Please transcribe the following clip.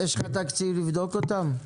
יש לך תקציב לבדוק אותם?